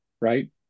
right